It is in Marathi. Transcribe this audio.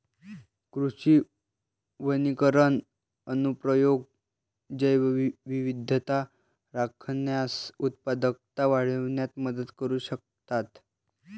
कृषी वनीकरण अनुप्रयोग जैवविविधता राखण्यास, उत्पादकता वाढविण्यात मदत करू शकतात